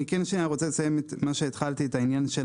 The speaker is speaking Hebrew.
אני כן רוצה לסיים את מה שהתחלתי, את העניין של